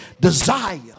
desire